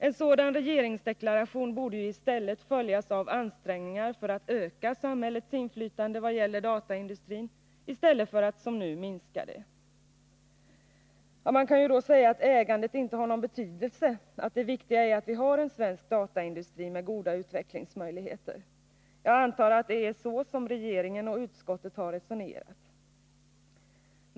En sådan regeringsdeklaration borde följas av ansträngningar att öka samhällets inflytande över dataindustrin i stället för att som nu minska det. Man kan ju då säga att ägandet inte har någon betydelse, att det viktiga är att vi har en svensk dataindustri med goda utvecklingsmöjligheter. Jag antar att det är så regeringen och utskottet har resonerat.